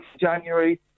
January